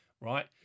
Right